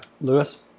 Lewis